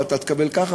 ואתה תקבל ככה,